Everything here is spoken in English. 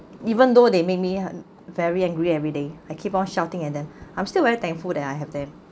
even though they make me very angry everyday I keep on shouting at them I'm still very thankful that I have them